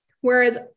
Whereas